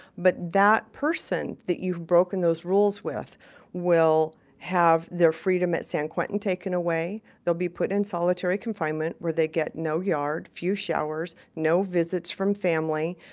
but that person that you've broken those rules with will have their freedom at san quentin taken away they'll be put in solitary confinement where they get no yard, few showers, no visits from family,